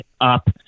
up